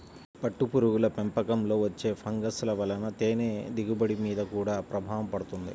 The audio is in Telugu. పట్టుపురుగుల పెంపకంలో వచ్చే ఫంగస్ల వలన తేనె దిగుబడి మీద గూడా ప్రభావం పడుతుంది